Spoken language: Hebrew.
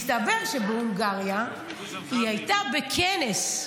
מסתבר שבהונגריה היא הייתה בכנס,